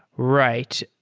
right.